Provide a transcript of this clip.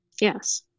yes